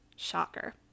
shocker